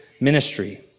ministry